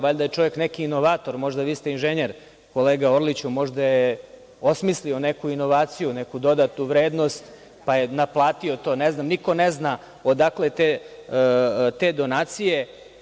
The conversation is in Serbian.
Valjda je čovek neki inovator, možda, vi ste inženjer, kolega Orliću, možda je osmislio neku inovaciju, neku dodatu vrednost, pa je naplatio to, ne znam, niko ne zna odakle te donacije.